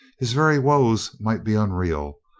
his very woes might be unreal,